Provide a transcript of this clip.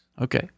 Okay